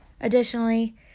Additionally